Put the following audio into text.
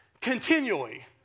continually